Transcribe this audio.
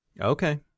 Okay